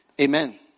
Amen